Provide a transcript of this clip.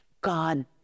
God